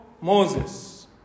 Moses